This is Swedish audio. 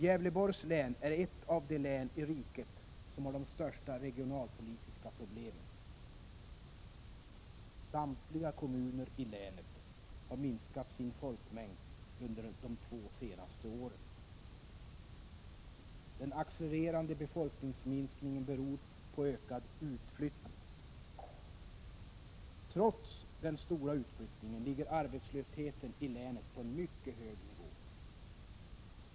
Gävleborgs län är ett av de län i riket som har de största regionalpolitiska problemen. Samtliga kommuner i länet har minskat sin folkmängd under de två senaste åren. Den accelererande befolkningsminskningen beror på ökad utflyttning. Trots den stora utflyttningen ligger arbetslösheten i länet på en mycket hög nivå.